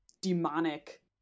demonic